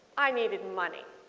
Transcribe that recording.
i needed money.